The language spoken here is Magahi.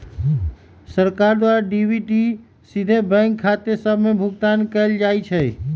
सरकार द्वारा डी.बी.टी सीधे बैंक खते सभ में भुगतान कयल जाइ छइ